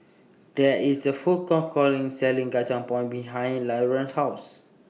There IS A Food Court Selling Kacang Pool behind Laurance's House